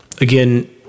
Again